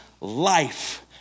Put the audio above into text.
life